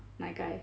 奶盖